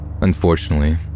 Unfortunately